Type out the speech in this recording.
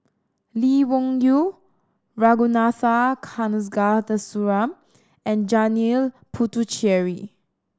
Lee Wung Yew Ragunathar Kanagasuntheram and Janil Puthucheary